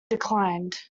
declined